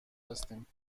هستیم